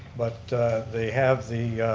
but they have the